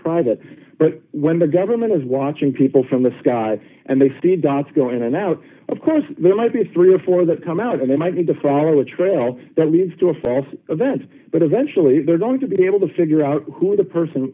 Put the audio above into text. private but when the government is watching people from the sky and they see dots going out of course there might be three or four that come out and they might be to follow a trail that leads to a false event but eventually they're going to be able to figure out who the person